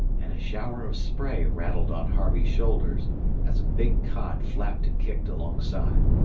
and a shower of spray rattled on harvey's shoulders as a big cod flapped and kicked alongside.